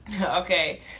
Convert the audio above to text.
okay